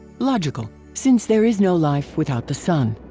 logical since there is no life without the sun.